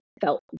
felt